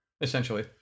essentially